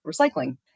recycling